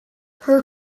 her